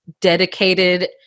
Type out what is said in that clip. dedicated